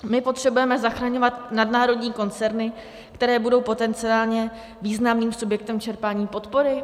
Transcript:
My potřebujeme zachraňovat nadnárodní koncerny, které budou potenciálně významným subjektem čerpání podpory?